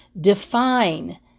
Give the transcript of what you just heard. define